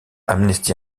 amnesty